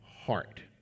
heart